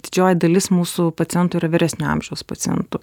didžioji dalis mūsų pacientų yra vyresnio amžiaus pacientų